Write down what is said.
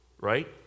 right